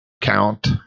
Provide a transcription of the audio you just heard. Count